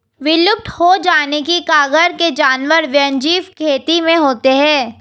विलुप्त हो जाने की कगार के जानवर वन्यजीव खेती में होते हैं